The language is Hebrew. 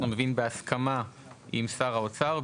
בהסכמה עם שר האוצר,